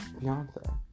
Beyonce